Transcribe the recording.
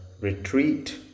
retreat